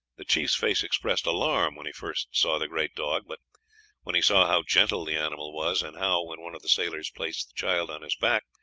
the chief's face expressed alarm when he first saw the great dog but when he saw how gentle the animal was, and how, when one of the sailors placed the child on his back,